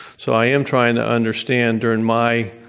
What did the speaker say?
so i am trying to understand during my,